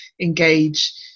engage